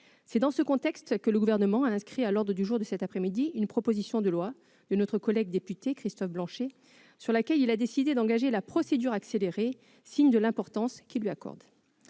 C'est dans ce contexte que le Gouvernement a inscrit à l'ordre du jour de cet après-midi une proposition de loi de notre collègue député Christophe Blanchet, sur laquelle il a décidé d'engager la procédure accélérée, signe de l'importance qu'il lui accorde.